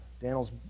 Daniel's